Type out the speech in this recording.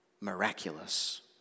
miraculous